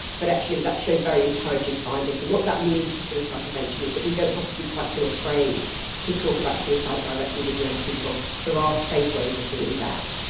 but actually that shows very encouraging findings. and what that means for suicide prevention is that we don't have to be quite so afraid to talk about suicide directly with young people, there are ah safe ways of doing that.